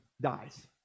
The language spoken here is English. dies